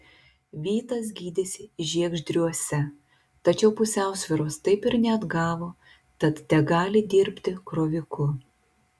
vytas gydėsi žiegždriuose tačiau pusiausvyros taip ir neatgavo tad tegali dirbti kroviku